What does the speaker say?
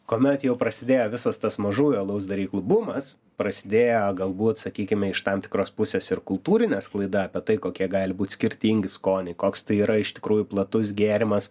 kuomet jau prasidėjo visas tas mažųjų alaus daryklų bumas prasidėjo galbūt sakykime iš tam tikros pusės ir kultūrinė sklaida apie tai kokie gali būt skirtingi skoniai koks tai yra iš tikrųjų platus gėrimas